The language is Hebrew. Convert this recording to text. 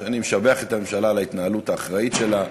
אני משבח את הממשלה על ההתנהלות האחראית שלה,